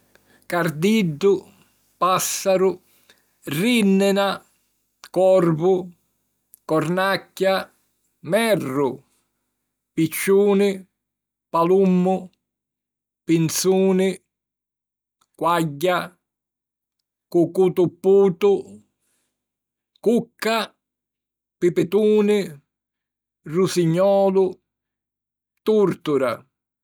cardiddu, pàssaru, rìnnina, corvu, cornacchia, merru, picciuni, palummu, pinsuni, quagghia, cucù tupputu, cucca, pipituni, rusignolu, tùrtura